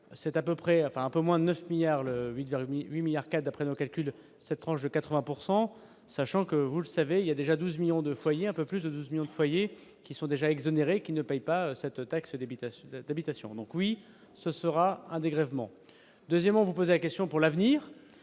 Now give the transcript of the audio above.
c'est à peu près, enfin un peu moins de 9 milliards le vide vers 2008 milliards CAD, d'après nos calculs, cette tranche de 80 pourcent sachant sachant que, vous le savez, il y a déjà 12 millions de foyers un peu plus de 12 millions de foyers qui sont déjà exonérés qui ne payent pas cette taxe d'habitation publication donc oui ce sera un dégrèvement, deuxièmement vous poser la question pour l'avenir,